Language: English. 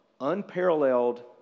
unparalleled